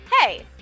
hey